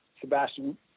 sebastian